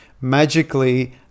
magically